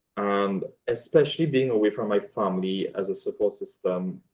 and especially being away from my family as a support system,